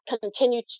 continue